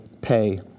pay